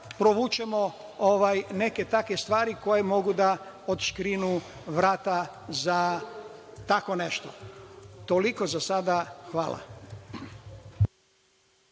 provučemo neke stvari koje mogu da odškrinu vrata za tako nešto. Toliko za sada. Hvala.